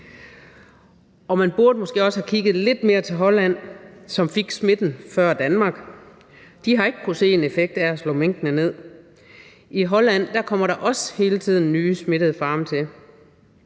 Og man burde måske også have kigget lidt mere til Holland, som fik smitten før Danmark. De har ikke kunnet se en effekt af at slå minkene ned. I Holland kommer der også hele tiden nye smittede farme til.